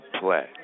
play